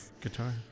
guitar